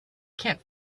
can’t